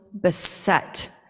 beset